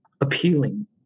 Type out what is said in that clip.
appealing